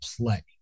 play